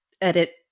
edit